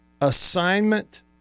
assignment